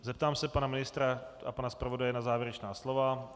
Zeptám se pana ministra a pana zpravodaje na závěrečná slova.